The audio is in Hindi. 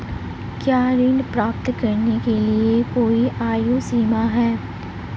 क्या ऋण प्राप्त करने के लिए कोई आयु सीमा है?